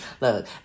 look